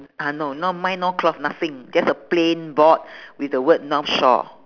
ah no no mine no cloth nothing just a plain board with a word north shore